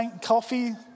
coffee